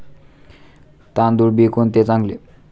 तांदूळ बी कोणते चांगले?